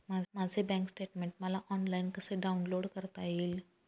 माझे bank statement मला online कसे डाउनलोड करता येईल?